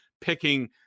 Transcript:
picking